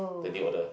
the new order